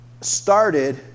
started